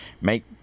make